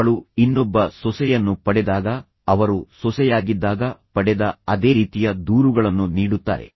ಅವಳು ಇನ್ನೊಬ್ಬ ಸೊಸೆಯನ್ನು ಪಡೆದಾಗ ಅವರು ಸೊಸೆಯಾಗಿದ್ದಾಗ ಪಡೆದ ಅದೇ ರೀತಿಯ ದೂರುಗಳನ್ನು ನೀಡುತ್ತಾರೆ